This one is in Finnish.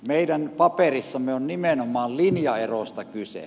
meidän paperissamme on nimenomaan linjaerosta kyse